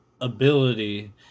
ability